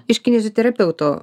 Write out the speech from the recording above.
iš kineziterapeuto